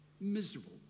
Miserable